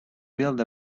build